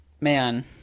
man